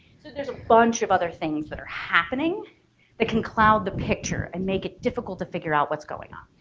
there's a bunch of other things that are happening that can cloud the picture and make it difficult to figure out what's going on.